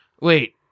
Wait